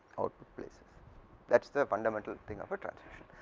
output places that is the fundamental think of atransition.